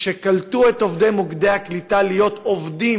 שקלטו בו את עובדי מוקדי הקליטה כעובדים